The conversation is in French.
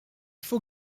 faut